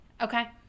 Okay